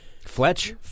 Fletch